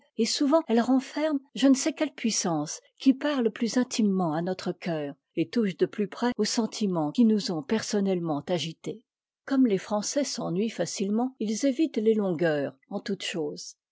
et souvent elle renferme je ne sais quelle puissance qui parie plus intimement à notre cœur et touche de plus près aux sentiments qui nous ont personnellement agités comme tes français s'ennuient facilement ils évitent les longueurs en toutes choses